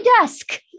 desk